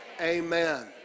amen